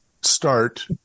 start